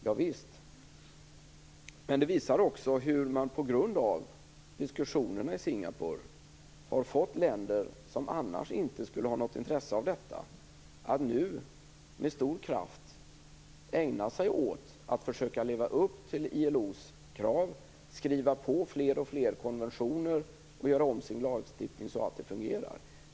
Javisst, men det visar också hur man på grund av diskussionerna i Singapore har fått länder som annars inte skulle vara intresserade att nu med stor kraft ägna sig åt att försöka leva upp till ILO:s krav, skriva under fler och fler konventioner och göra om sin lagstiftning så att det hela fungerar.